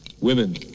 Women